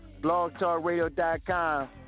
blogtalkradio.com